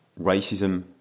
Racism